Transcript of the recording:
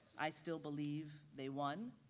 i still believe they won.